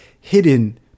hidden